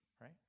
right